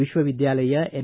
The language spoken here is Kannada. ವಿಶ್ವವಿದ್ಯಾಲಯ ಎನ್